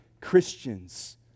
Christians